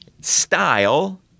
style